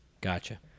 Gotcha